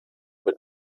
mit